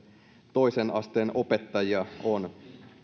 toisen asteen opettajia on